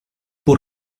pur